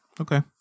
Okay